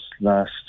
last